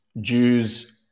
Jews